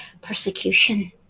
persecution